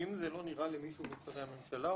--אם זה לא נראה למישהו משרי הממשלה,